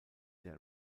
der